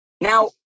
Now